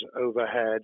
overhead